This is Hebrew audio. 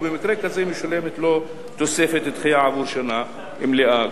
ובמקרה כזה משולמת לו תוספת דחייה עבור שנה מלאה,